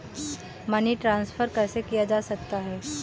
Money transfer कैसे किया जा सकता है?